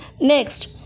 Next